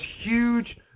huge